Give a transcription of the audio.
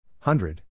Hundred